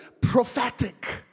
prophetic